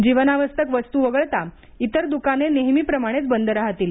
जीवनावश्यक वस्तू वगळता इतर दुकाने नेहमीप्रमाणेच बंद राहतील